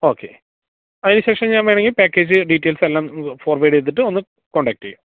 okay അതിനുശേഷം ഞാന് വേണമെങ്കില് പാക്കേജ് ഡീറ്റെയിൽസെല്ലാം നിങ്ങള്ക്ക് ഫോർവേർഡ് ചെയ്തിട്ട് ഒന്ന് കോണ്ടാക്ട് ചെയ്യാം